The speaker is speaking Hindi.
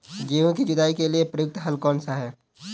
गेहूँ की जुताई के लिए प्रयुक्त हल कौनसा है?